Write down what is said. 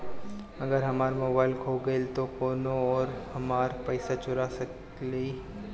अगर हमार मोबइल खो गईल तो कौनो और हमार पइसा चुरा लेइ?